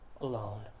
alone